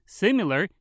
similar